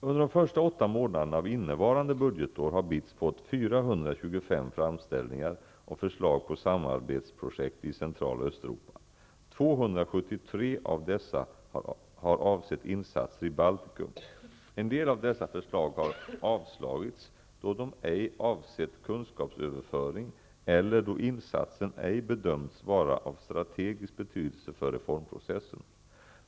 Under de första åtta månaderna av innevarande budgetår har BITS fått 425 framställningar och förslag på samarbetsprojekt i Central och Östeuropa. 273 av dessa har avsett insatser i Baltikum. En del av dessa förslag har avslagits då de ej avsett kunskapsöverföring eller då insatsen ej bedömts vara av strategisk betydelse för reformprocessen.